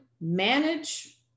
manage